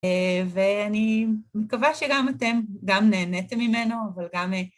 ואני מקווה שגם אתם גם נהנתם ממנו, אבל גם א...